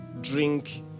drink